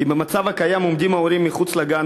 כי במצב הקיים עומדים ההורים מחוץ לגן,